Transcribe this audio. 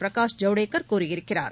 பிரகாஷ் ஜவுடேகர் கூறியிருக்கிறார்